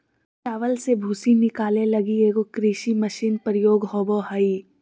चावल से भूसी निकाले लगी एगो कृषि मशीन प्रयोग होबो हइ